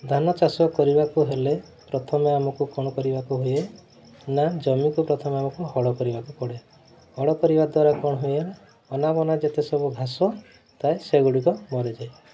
ଧାନ ଚାଷ କରିବାକୁ ହେଲେ ପ୍ରଥମେ ଆମକୁ କ'ଣ କରିବାକୁ ହୁଏ ନା ଜମିକୁ ପ୍ରଥମେ ଆମକୁ ହଳ କରିବାକୁ ପଡ଼େ ହଳ କରିବା ଦ୍ୱାରା କ'ଣ ହୁଏ ଅନାବନା ଯେତେ ସବୁ ଘାସ ଥାଏ ସେଗୁଡ଼ିକ ମରିଯାଏ